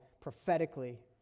prophetically